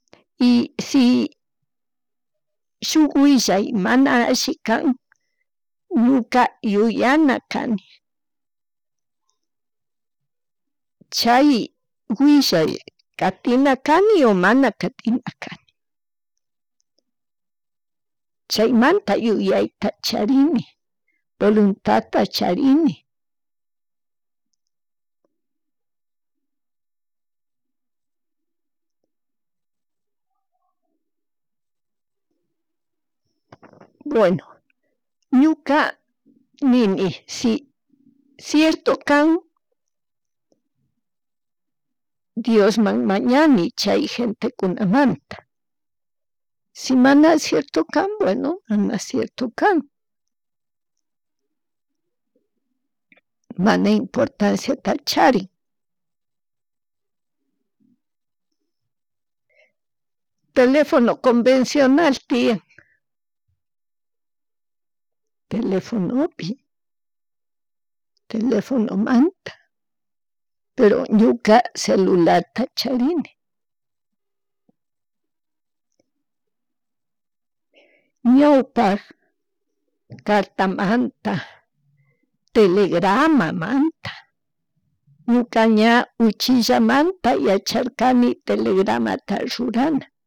(-) Shun willay man aalli kan, ñuka yuyana kani, chay willay katina kani, o mana katinakani chaymanta yuyayta charini voluntadta charini. Bueno ñuka nini si, cierto kan Diosman mañani chay gentekunamanta, si mana cierto kan bueno man cierto kan, mana importanciata charin telefono convencional tiyan, telefonopi, telefonomanta pero ñuka celularta charini. Ñawpak cartamanta telegramanta, ñuka ña uchillamanta yacharkani telegramata rurana.